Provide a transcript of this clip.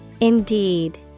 Indeed